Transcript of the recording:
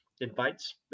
invites